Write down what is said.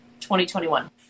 2021